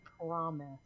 promise